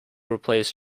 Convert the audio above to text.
replace